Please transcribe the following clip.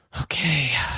Okay